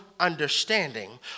understanding